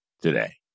today